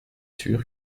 sûr